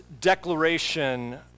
declaration